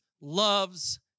loves